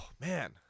Man